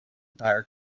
entire